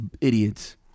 idiots